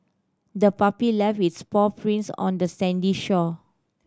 the puppy left its paw prints on the sandy shore